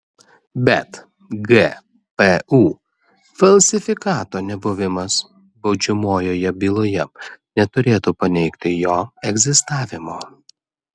bet gpu falsifikato nebuvimas baudžiamojoje byloje neturėtų paneigti jo egzistavimo